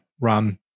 run